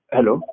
Hello